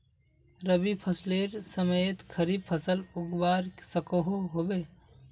रवि फसलेर समयेत खरीफ फसल उगवार सकोहो होबे?